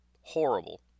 horrible